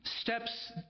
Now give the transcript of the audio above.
steps